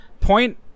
point